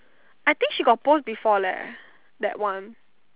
I think she got post before leh that one